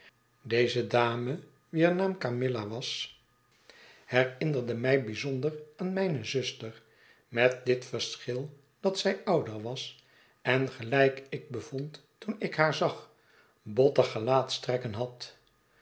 deze dame wier naam camilla was herinnerde mij bijzonder aan mijne zuster met dit verschil dat zij ouder was en gelijk ik bevond toen ik haar zag hotter gelaatstrekken had